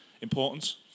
Importance